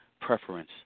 preference